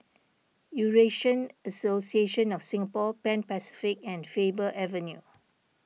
Eurasian Association of Singapore Pan Pacific and Faber Avenue